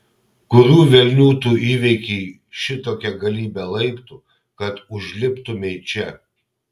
kurių velnių tu įveikei šitokią galybę laiptų kad užliptumei čia